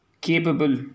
capable